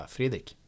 Fredrik